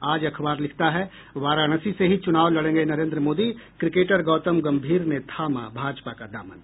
आज अखबार लिखता है वाराणसी से ही चुनाव लड़ेंगे नरेन्द्र मोदी क्रिकेटर गौतम गम्भीर ने थामा भाजपा का दामन